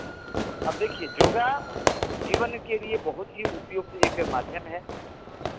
अब देखिए योग जीवन के लिए बहुत ही उपयुक्त एक माध्यम है